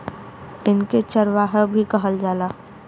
इनके चरवाह भी कहल जाला